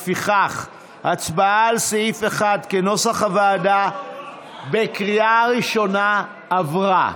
לפיכך ההצבעה על סעיף 1 כנוסח הוועדה בקריאה שנייה עברה.